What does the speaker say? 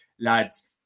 lads